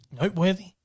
noteworthy